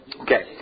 Okay